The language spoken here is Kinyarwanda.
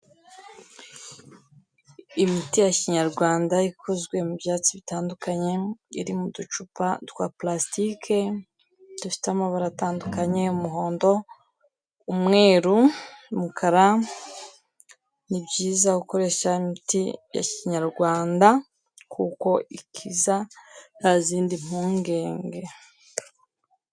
Imiti ya kinyarwanda ikozwe mu byatsi bitandukanye, iri mu ducupa twa purasitike dufite amabara atandukanye y'umuhondo, umweru, umukara, ni byiza gukoresha imiti ya kinyarwanda kuko ikiza nta zindi mpungenge.